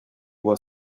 voit